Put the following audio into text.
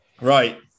Right